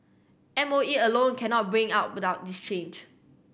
M O E alone cannot bring out about this change